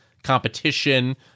competition